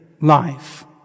life